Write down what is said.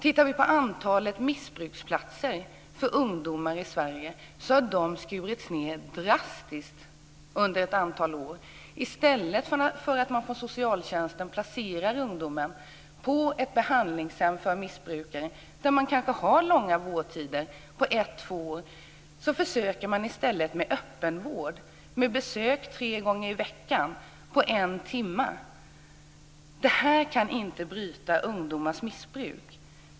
Tittar vi på antalet missbrukarplatser för ungdomar i Sverige ser man att de har skurits ned drastiskt under ett antal år. I stället för att man från socialtjänsten placerar ungdomarna på ett behandlingshem för missbrukare där man kanske har långa vårdtider på ett eller två år försöker man med öppenvård med besök på en timme tre gånger i veckan. Det kan inte bryta ungdomars missbruk!